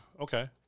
Okay